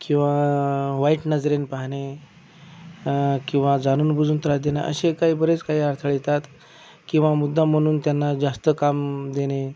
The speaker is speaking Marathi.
किंवा वाईट नजरेने पाहणे किंवा जाणून बुजून त्रास देणे असे काही बरेच काही अडथळे येतात किंवा मुद्दाम म्हणून त्यांना जास्त काम देणे